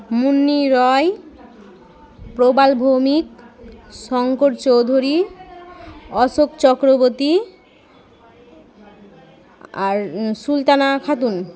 মুন্নি রয় প্রবাল ভৌমিক শঙ্কর চৌধুরী অশোক চক্রবর্তি আর সুলতানা খাতুন